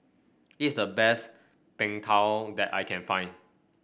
is the best Png Tao that I can find